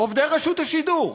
עובדי רשות השידור,